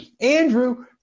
Andrew